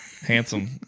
handsome